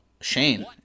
Shane